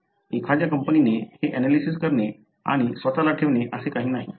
एखाद्या कंपनीने हे एनालिसिस करणे आणि स्वतःला ठेवणे असे काही नाही